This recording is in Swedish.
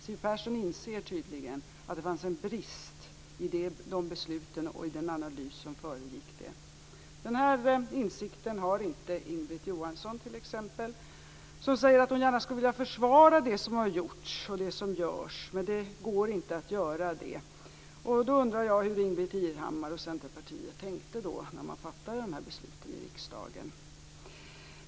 Siw Persson inser tydligen att det fanns en brist i de besluten och i den analys som föregick dem. Denna insikt har inte Ingbritt Irhammar t.ex., som säger att hon gärna skulle vilja försvara det som har gjorts och det som görs, men att detta inte går. Jag undrar hur Ingbritt Irhammar och Centerpartiet tänkte när man fattade de här besluten i riksdagen.